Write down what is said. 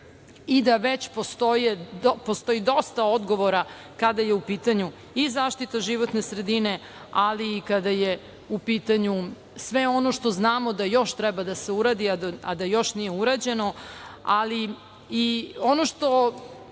i da već postoji dosta odgovora kada je u pitanju i zaštita životne sredine, ali i kada je u pitanju sve ono što znamo da još treba da se uradi, a da još nije urađeno. Ono što